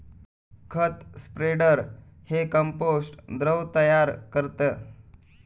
खत स्प्रेडर हे कंपोस्ट द्रव तयार करतं